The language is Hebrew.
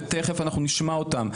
ותכף אנחנו נשמע אותם,